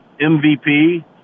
MVP